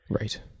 Right